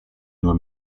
nur